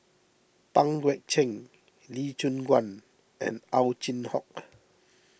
Pang Guek Cheng Lee Choon Guan and Ow Chin Hock